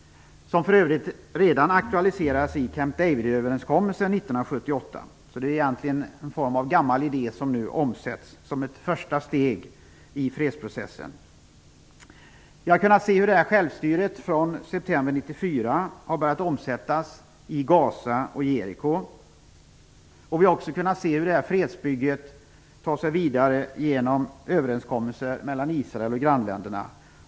Ett sådant aktualiserades för övrigt redan i Camp Davidöverenskommelsen 1978. Det är alltså en gammal idé som nu omsätts, som ett första steg i fredsprocessen. Vi har kunnat se hur självstyret från september 1994 har börjat omsättas i Gaza och Jeriko. Vi har också kunnat se hur fredsbygget tar sig vidare genom överenskommelser mellan Israel och grannländerna.